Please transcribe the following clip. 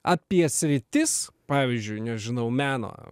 apie sritis pavyzdžiui nežinau meno